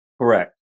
correct